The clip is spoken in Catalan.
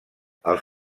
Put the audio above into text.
els